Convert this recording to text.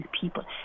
people